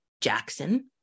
Jackson